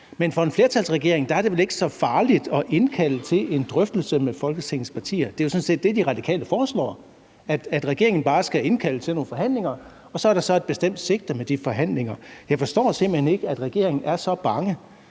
Men for en flertalsregering er det vel ikke så farligt at indkalde til en drøftelse med Folketingets partier. Det er jo sådan set det, De Radikale foreslår, altså at regeringen bare skal indkalde til nogle forhandlinger, og at der så er et bestemt sigte med de forhandlinger. Jeg forstår simpelt hen ikke, at regeringen er så bange